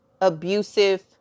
abusive